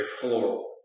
floral